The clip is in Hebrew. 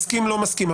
מסכים או לא מסכים,